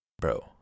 Bro